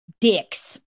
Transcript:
dicks